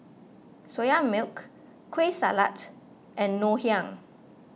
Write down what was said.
Soya Milk Kueh Salat and Ngoh Hiang